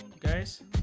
guys